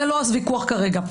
זה לא הוויכוח כרגע.